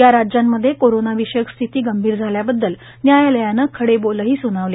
या राज्यांमध्ये कोरोनाविषयक स्थिती गंभीर झाल्याबद्दल न्यायालयाने खडे बोलही सुनावले